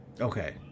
Okay